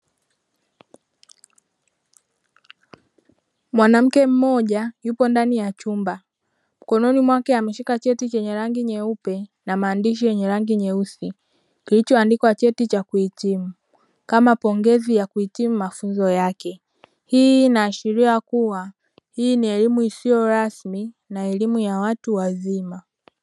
Mwanamke mmoja yuko ndani ya chumba mkononi mwake ameshika cheti chenye rangi nyeupe na maandishi yenye rangi nyeusi kilichoandikwa cheti cha kuhitimu, kama pongezi ya kuhitimu mafunzo yake, hii inaashiria kuwa hii ni elimu isiyo rasmi na elimu ya watu wazima.